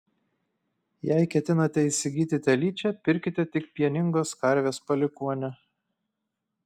jei ketinate įsigyti telyčią pirkite tik pieningos karvės palikuonę